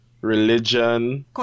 religion